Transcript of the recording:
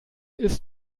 ist